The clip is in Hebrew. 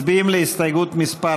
מצביעים על הסתייגות מס'